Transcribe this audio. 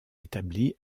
établi